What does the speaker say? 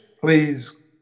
please